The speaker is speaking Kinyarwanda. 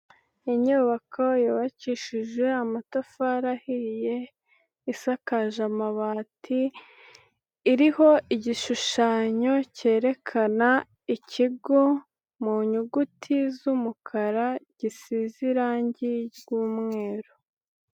Inyubako yubakishije amatafari ahiye, isakaje amabati, iriho igishushanyo kerekana ikigo mu nyuguti z'umukara, gisize irangi ry'umweru.